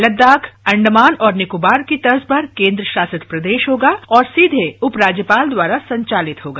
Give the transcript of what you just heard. लद्दाख अंडमान और निकोबार की तर्ज पर केंद्रशासित प्रदेश होगा और सीधे उप राज्यपाल द्वारा संचालित होगा